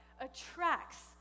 attracts